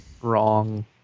wrong